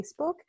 Facebook